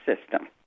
system